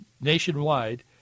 nationwide